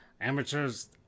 amateurs